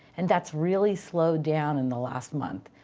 and that's really slowed down in the last month.